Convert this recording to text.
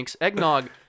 Eggnog